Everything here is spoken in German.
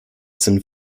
sind